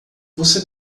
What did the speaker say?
você